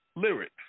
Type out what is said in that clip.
lyrics